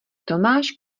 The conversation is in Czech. tomáš